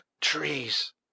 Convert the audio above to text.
trees